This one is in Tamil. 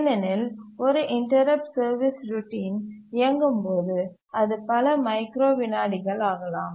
ஏனெனில் ஒரு இன்டரப்ட் சர்வீஸ் ரோட்டின் இயங்கும் போது அது பல மைக்ரோ விநாடிகள் ஆகலாம்